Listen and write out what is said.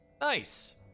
Nice